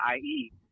IE